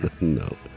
No